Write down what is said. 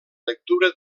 lectura